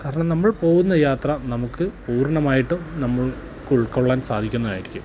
കാരണം നമ്മൾ പോകുന്ന യാത്ര നമുക്ക് പൂർണ്ണമായിട്ടും നമ്മൾക്ക് ഉൾക്കൊള്ളാൻ സാധിക്കുന്നതായിരിക്കും